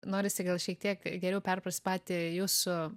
norisi gal šiek tiek geriau perprast patį jūsų